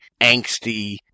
angsty